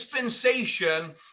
dispensation